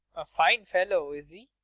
a fine fellow, is he?